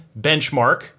benchmark